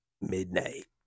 Midnight